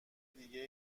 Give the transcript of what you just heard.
دیگه